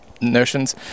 notions